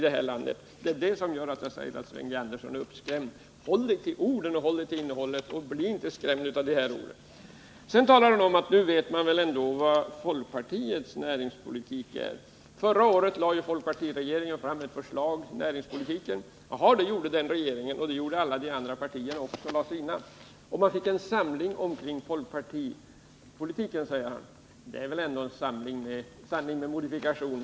Det är det som gör att jag säger att Sven G. Andersson är uppskrämd. Håll er till innehållet i våra förslag och bli inte skrämd av orden! Sedan säger Sven G. Andersson: Nu vet man väl ändå vilken folkpartiets näringspolitik är; förra året lade ju folkpartiregeringen fram ett förslag till näringspolitik. Ja, det gjorde den regeringen, och alla de andra partierna lade fram sina förslag. Vi fick en samling kring folkpartipolitiken, säger Sven G. Andersson. Det är väl ändå en sanning med modifikation.